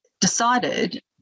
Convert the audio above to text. decided